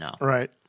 right